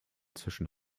zwischen